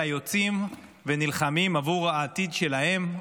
אלא יוצאים ונלחמים עבור העתיד שלהם,